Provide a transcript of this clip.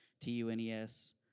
T-U-N-E-S